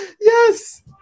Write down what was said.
yes